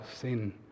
sin